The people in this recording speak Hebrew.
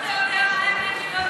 איך אתה יודע מה האמת אם לא,